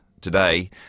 today